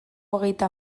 hogeita